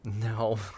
No